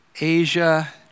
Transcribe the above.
Asia